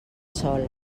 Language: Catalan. sol